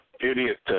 idiot